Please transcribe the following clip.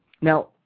Now